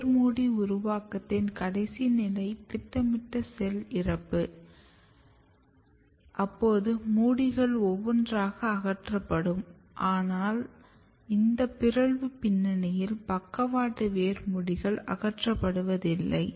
வேர் மூடி உருவாக்கத்தின் கடைசி நிலை திட்டமிட்ட செல் இறப்பு அப்போது மூடிகள் ஒவ்வொன்றாக அகற்றப்படும் ஆனால் இந்த பிறழ்வு பின்னணியில் பக்கவாட்டு வேர் மூடிகள் அகற்றப்படுவதில்லை